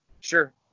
Sure